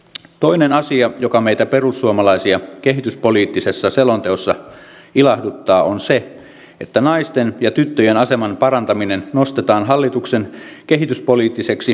toinen asia joka meitä perussuomalaisia kehityspoliittisessa selonteossa ilahduttaa on se että naisten ja tyttöjen aseman parantaminen nostetaan hallituksen kehityspoliittiseksi päätavoitteeksi